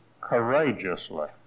courageously